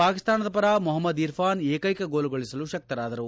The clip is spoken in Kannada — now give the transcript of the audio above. ಪಾಕಿಸ್ತಾನದ ಪರ ಮೊಹಮ್ದದ್ ಇರ್ಫಾನ್ ಏಕ್ಷೆಕ ಗೋಲುಗಳಿಸಲು ಶಕ್ತರಾದರು